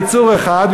יצור אחד,